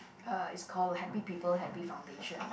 uh it's call happy people happy foundation